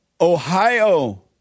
Ohio